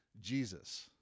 Jesus